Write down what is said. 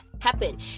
happen